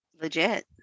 Legit